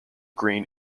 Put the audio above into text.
green